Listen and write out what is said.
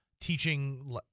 teaching